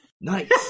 Nice